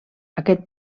aquest